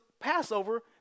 Passover